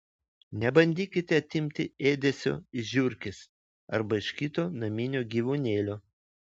nebandykite atimti ėdesio iš žiurkės arba iš kito naminio gyvūnėlio